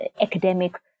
academic